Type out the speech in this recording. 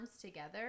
together